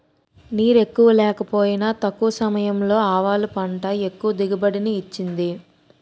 నీరెక్కువ లేకపోయినా తక్కువ సమయంలో ఆవాలు పంట ఎక్కువ దిగుబడిని ఇచ్చింది